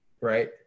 Right